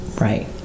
right